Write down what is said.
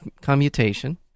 commutation